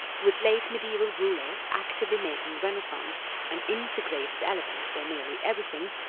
with late medieval rulers actively making renaissance an integrated element for nearly everything,